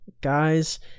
guys